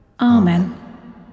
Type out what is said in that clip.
Amen